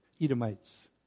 Edomites